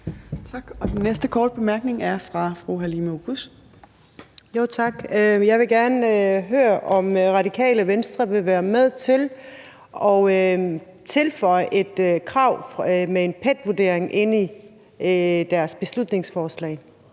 Tak. Den næste korte bemærkning er fra fru Halime Oguz. Kl. 13:16 Halime Oguz (SF): Tak. Jeg vil gerne høre, om Radikale Venstre vil være med til at tilføje et krav om en PET-vurdering i deres beslutningsforslag.